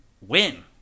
win